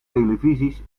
televisies